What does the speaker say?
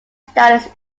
status